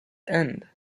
end